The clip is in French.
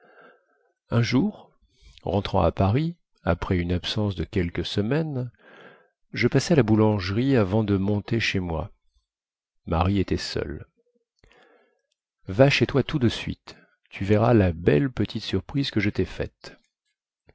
un jour rentrant à paris après une absence de quelques semaines je passai à la boulangerie avant de monter chez moi marie était seule va chez toi tout de suite tu verras la belle petite surprise que je tai faite